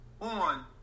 on